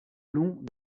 long